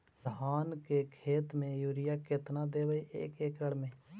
धान के खेत में युरिया केतना देबै एक एकड़ में?